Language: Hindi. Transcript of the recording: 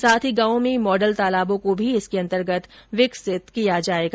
साथ ही गांवों में मॉडल तालाबों को भी इसके अंतर्गत विकसित किया जायेगा